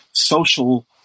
social